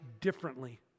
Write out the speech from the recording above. differently